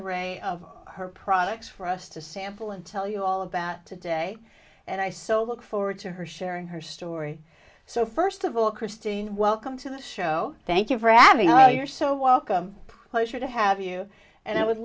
a ray of her products for us to sample and tell you all about today and i so look forward to her sharing her story so first of all christine welcome to the show thank you for having me you're so welcome pleasure to have you and i would